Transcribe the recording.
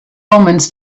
omens